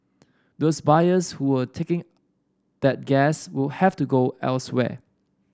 those buyers who were taking that gas will have to go elsewhere